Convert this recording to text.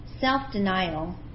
Self-denial